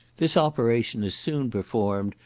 this operation is soon performed,